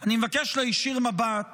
אני מבקש להישיר מבט